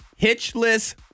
hitchless